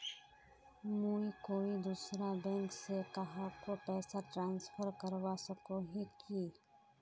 मुई कोई दूसरा बैंक से कहाको पैसा ट्रांसफर करवा सको ही कि?